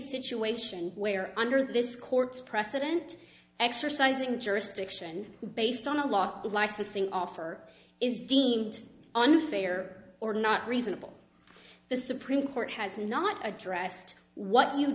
situation where under this court's precedent exercising jurisdiction based on a lot of licensing offer is deemed unfair or not reasonable the supreme court has not addressed what you